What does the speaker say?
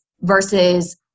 versus